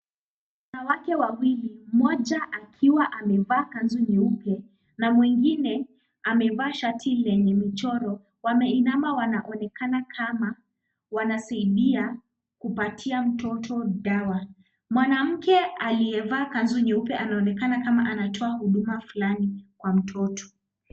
Wanawake wawili moja akiwa amevaa kanzu nyeupe na mwengine amevaa shati lenye michoro wameinama wanaonekana kama wanasaidia kupatia mtoto dawa. Mwanamke aliyevaa kanzu nyeupe anaonekana kama anatoa huduma fulani kwa mtoto.